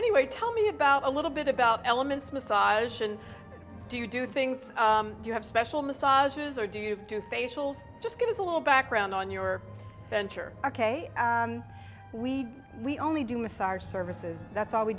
anyway tell me about a little bit about elements massage and do you do things you have special massages or do you do facials just give us a little background on your venture ok we we only do miss our services that's all we